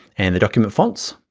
and the document fonts,